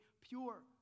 pure